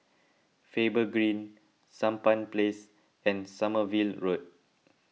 Faber Green Sampan Place and Sommerville Road